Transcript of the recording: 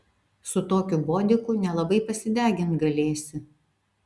su tokiu bodiku nelabai pasidegint galėsi